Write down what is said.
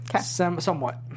Somewhat